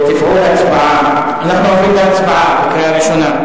אנחנו עוברים להצבעה בקריאה ראשונה.